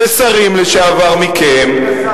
זה שרים לשעבר מכם, אדוני השר,